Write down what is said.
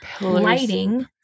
lighting